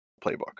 playbook